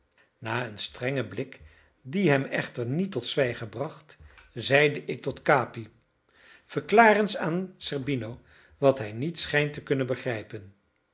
na een strengen blik die hem echter niet tot zwijgen bracht zeide ik tot capi verklaar eens aan zerbino wat hij niet schijnt te kunnen begrijpen